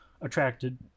attracted